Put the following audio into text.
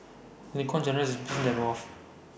Kwang Juliana Yasin has that I know of